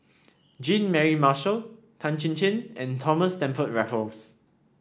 Jean Mary Marshall Tan Chin Chin and Thomas Stamford Raffles